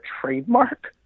trademark